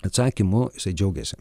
atsakymu jisai džiaugiasi